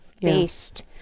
based